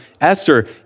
Esther